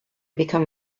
become